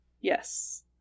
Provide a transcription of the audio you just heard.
Yes